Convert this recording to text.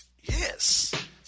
Yes